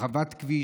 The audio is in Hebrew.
הרחבת כביש,